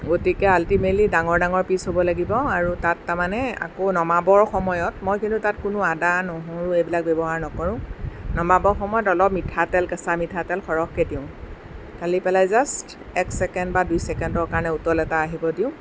গতিকে আল্টিমেটলি ডাঙৰ ডাঙৰ পিচ হ'ব লাগিব আৰু তাত তাৰমানে আকৌ নমাবৰ সময়ত মই কিন্তু তাত কোনো আদা নহৰু এইবিলাক ব্যৱহাৰ নকৰোঁ নমাবৰ সময়ত অলপ মিঠাতেল কেঁচা মিঠাতেল সৰহকৈ দিওঁ ঢালি পেলাই জাষ্ট এক ছেকেণ্ড বা দুই ছেকেণ্ডৰ কাৰণে উতল এটা আহিব দিওঁ